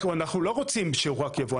אנחנו לא רוצים שהוא רק יבוא,